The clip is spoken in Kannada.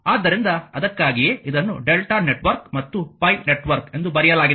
ಆದ್ದರಿಂದ ಅದಕ್ಕಾಗಿಯೇ ಇದನ್ನು Δ ನೆಟ್ವರ್ಕ್ ಮತ್ತು ಪೈ ನೆಟ್ವರ್ಕ್ ಎಂದು ಬರೆಯಲಾಗಿದೆ